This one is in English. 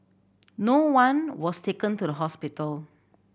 no one was taken to the hospital